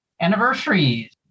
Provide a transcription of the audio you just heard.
Anniversaries